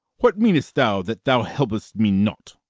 what mean'st thou that thou help'st me not?